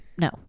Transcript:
No